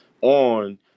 on